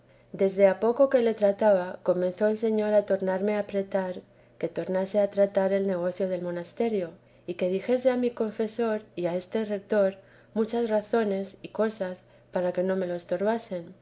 desde a poco que le trataba comenzó el señor a tornarme a apretar que tornase a tratar el negocio del monasterio y que dijese a mi confesor y a este retor muchas razones y cosas para que no me lo